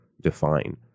define